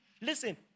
Listen